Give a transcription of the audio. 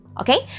okay